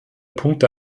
punkte